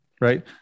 right